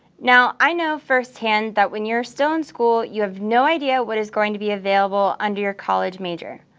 now i know firsthand that when you're still in school, you have no idea what is going to be available under your college major.